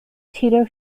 tito